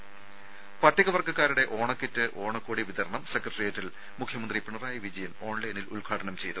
രുമ പട്ടികവർഗക്കാരുടെ ഓണക്കിറ്റ് ഓണക്കോടി വിതരണം സെക്രട്ടേറിയേറ്റിൽ മുഖ്യമന്ത്രി പിണറായി വിജയൻ ഓൺലൈനിൽ ഉദ്ഘാടനം ചെയ്തു